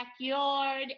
backyard